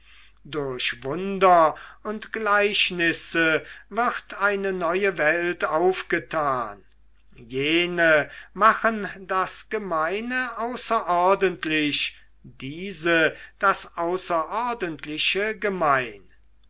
durch wunder und gleichnisse wird eine neue welt aufgetan jene machen das gemeine außerordentlich diese das außerordentliche gemein